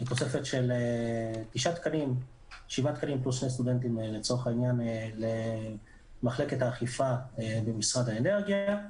תוספת של 7 תקנים פלוס 2 סטודנטים למחלקת האכיפה במשרד האנרגיה.